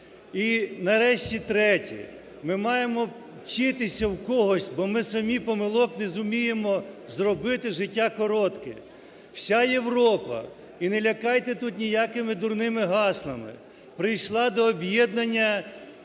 І нарешті третє. Ми маємо вчитися в когось, бо ми самі помилок не зуміємо зробити, життя коротке. Вся Європа – і не лякайте тут ніякими дурними гаслами – прийшла до об'єднання,